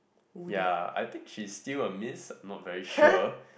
ya I think she is still a miss not very sure